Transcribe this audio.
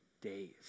days